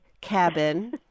cabin